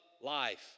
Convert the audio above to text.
life